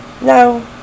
no